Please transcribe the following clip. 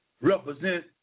represent